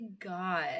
God